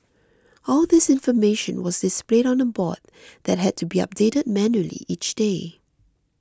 all this information was displayed on a board that had to be updated manually each day